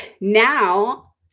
now